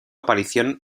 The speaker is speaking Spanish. aparición